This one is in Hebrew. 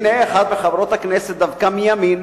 הנה, אחת מחברות הכנסת, דווקא מימין,